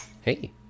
Hey